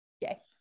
Yay